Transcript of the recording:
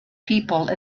people